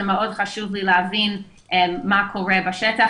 זה מאוד חשוב לי להבין מה קורה בשטח,